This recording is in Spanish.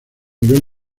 nivel